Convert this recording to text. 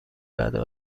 رده